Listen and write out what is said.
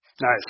Nice